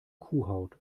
kuhhaut